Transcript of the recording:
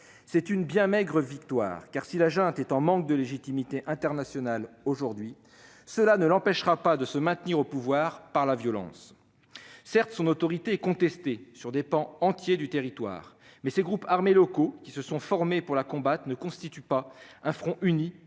C'est une bien maigre victoire, car, si la junte est en manque de légitimité internationale aujourd'hui, cela ne l'empêchera pas de se maintenir au pouvoir par la violence. Certes, son autorité est contestée sur des pans entiers du territoire, mais les groupes armés locaux qui se sont formés pour la combattre ne constituent pas un front uni